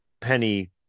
penny